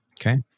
Okay